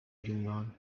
یونان